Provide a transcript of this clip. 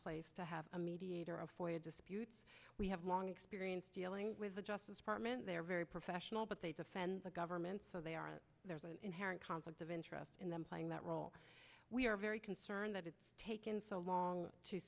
place to have a mediator of for disputes we have long experience dealing with the justice department they are very professional but they defend the government so they are there's an inherent conflict of interest in them playing that role we are very concerned that it's taken so long to